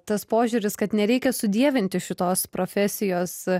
tas požiūris kad nereikia sudievinti šitos profesijos